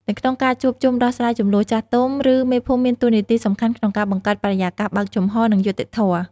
នៅក្នុងការជួបជុំដោះស្រាយជម្លោះ ចាស់ទុំ ឬមេភូមិមានតួនាទីសំខាន់ក្នុងការបង្កើតបរិយាកាសបើកចំហ និងយុត្តិធម៌។